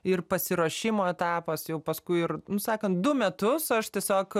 ir pasiruošimo etapas jau paskui ir sakant du metus aš tiesiog